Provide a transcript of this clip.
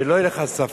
שלא יהיה לך ספק,